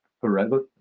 forever